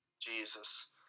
Jesus